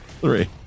three